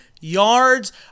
yards